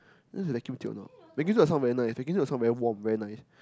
this is a vacuum tube loh they give you the song very nice they give you the song very warm very nice